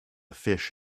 fish